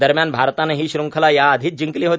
दरम्यान भारतानं ही श्रंखला या आधीच जिंकली आहे